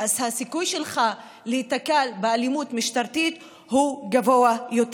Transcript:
אז הסיכוי שלך להיתקל באלימות משטרתית הוא גבוה יותר.